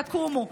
תקומו,